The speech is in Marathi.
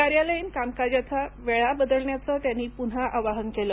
कार्यालयीन कामकाजाच्या वेळा बदलण्याचं त्यांनी पुन्हा आवाहन केलं